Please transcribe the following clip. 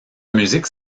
musique